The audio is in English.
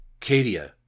Cadia